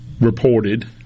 reported